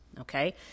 okay